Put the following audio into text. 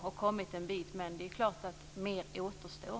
Det har kommit ett stycke på vägen, men det är klart att mer återstår.